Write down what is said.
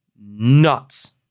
nuts